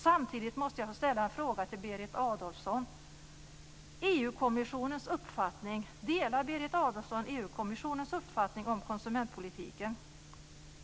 Samtidigt måste jag få ställa en fråga till Berit Adolfsson: Delar Berit Adolfsson EU-kommissionens uppfattning om konsumentpolitiken?